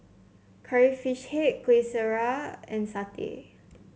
Curry Fish Head Kueh Syara and satay